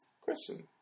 Question